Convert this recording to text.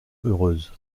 heureuse